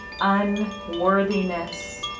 unworthiness